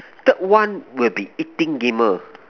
third one will be eating gamer